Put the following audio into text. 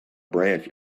branch